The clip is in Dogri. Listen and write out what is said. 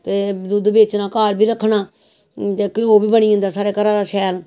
ते दुद्ध बेचना घर बी रक्खना ते घ्यो बी बनी जंगदा साढ़ै घरे दा शैल